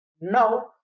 Now